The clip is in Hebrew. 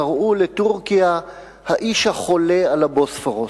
קראו לטורקיה "האיש החולה על הבוספורוס".